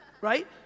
right